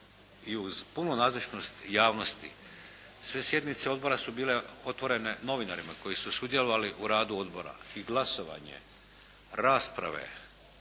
i uz punu nazočnost javnosti sve sjednice odbora su bile otvorene novinarima koji su sudjelovali u radu odbora i glasovanje, rasprave,